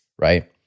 right